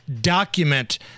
document